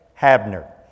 Habner